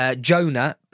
Jonah